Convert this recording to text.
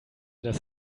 das